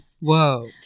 Whoa